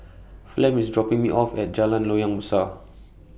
Flem IS dropping Me off At Jalan Loyang Besar